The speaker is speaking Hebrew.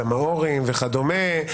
המורים וכדומה.